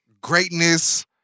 Greatness